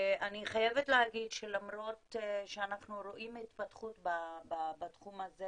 אני חייבת להגיד שלמרות שאנחנו רואים התפתחות בתחום הזה